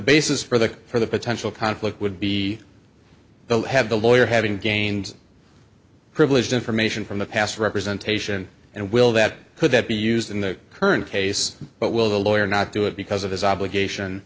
basis for the for the potential conflict would be the have the lawyer having gained privileged information from the past representation and will that could that be used in the current case but will the lawyer not do it because of his obligation